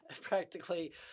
practically